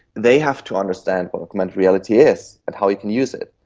they have to understand what augmented reality is and how you can use it.